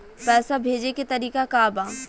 पैसा भेजे के तरीका का बा?